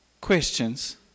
questions